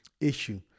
issue